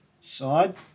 side